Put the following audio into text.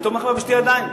הייתי תומך בה בשתי ידיים.